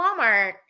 Walmart